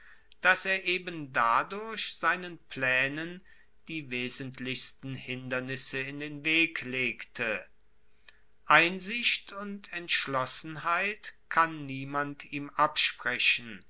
dass er eben dadurch seinen plaenen die wesentlichsten hindernisse in den weg legte einsicht und entschlossenheit kann niemand ihm absprechen